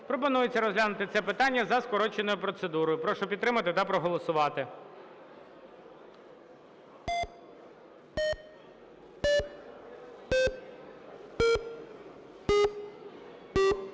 Пропонується розглянути це питання за скороченою процедурою. Прошу підтримати та проголосувати.